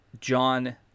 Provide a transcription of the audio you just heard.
John